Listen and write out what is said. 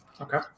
okay